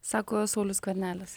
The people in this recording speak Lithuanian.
sako saulius skvernelis